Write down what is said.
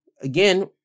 again